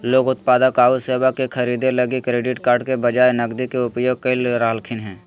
लोग उत्पाद आऊ सेवा के खरीदे लगी क्रेडिट कार्ड के बजाए नकदी के उपयोग कर रहलखिन हें